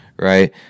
Right